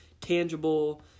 tangible